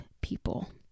people